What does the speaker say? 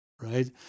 right